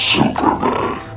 Superman